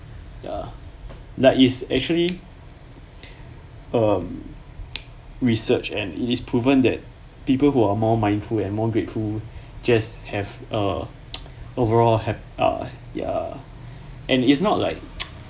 ya ya is actually um research and it is proven that people who are more mindful and more grateful just have err overall hap uh ya and it's not like